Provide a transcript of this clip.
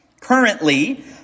Currently